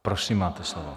Prosím, máte slovo.